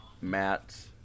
Matt